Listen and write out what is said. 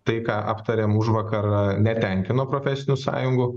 tai ką aptarėm užvakar netenkino profesinių sąjungų